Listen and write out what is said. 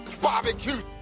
barbecue